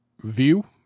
view